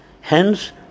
hence